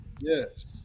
yes